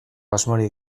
asmorik